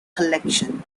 collection